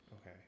Okay